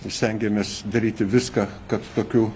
ir stengiamės daryti viską kad tokių